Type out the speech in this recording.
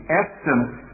essence